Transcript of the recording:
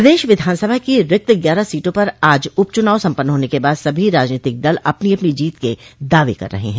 प्रदेश विधानसभा की रिक्त ग्यारह सीटों पर आज उप चूनाव सम्पन्न होने के बाद सभी राजनीतिक दल अपनी अपनी जीत के दावे कर रहे हैं